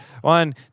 One